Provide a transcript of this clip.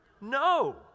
No